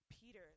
Peter—